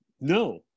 no